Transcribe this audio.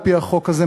על-פי החוק הזה,